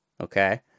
Okay